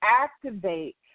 activate